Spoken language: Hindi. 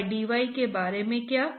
हमें dT by dy ज्ञात करना है